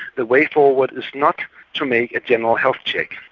the way forward is not to make a general health check,